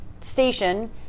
station